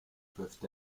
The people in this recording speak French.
peuvent